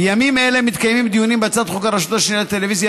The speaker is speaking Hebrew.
בימים אלה מתקיימים דיונים בהצעת חוק הרשות השנייה לטלוויזיה